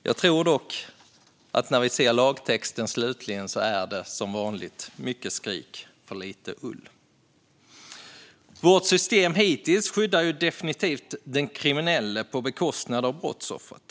Jag tror dock att när vi ser den slutliga lagtexten kommer det att vara som vanligt: mycket skrik för lite ull. Vårt system hittills skyddar definitivt den kriminelle på bekostnad av brottsoffret.